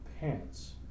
pants